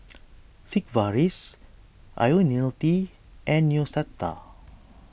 Sigvaris Ionil T and Neostrata